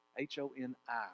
H-O-N-I